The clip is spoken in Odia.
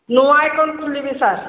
ନୂଆ ଆକାଉଣ୍ଟ ଖୋଲିବି ସାର୍